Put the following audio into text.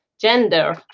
gender